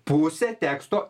pusę teksto